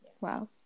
wow